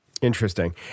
Interesting